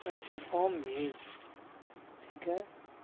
اچھا فام بھی ٹھیک ہے